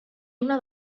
una